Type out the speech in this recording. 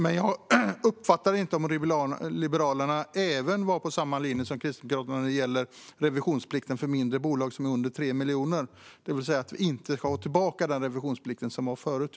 Men jag uppfattade inte om Liberalerna även är på samma linje som Kristdemokraterna när det gäller revisionsplikten för mindre bolag - med mindre än 3 miljoner i omsättning - det vill säga att vi inte ska ha tillbaka den revisionsplikt som gällde tidigare.